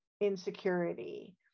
insecurity